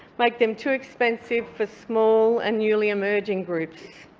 make them too expensive for small and newly emerging groups.